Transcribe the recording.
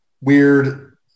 weird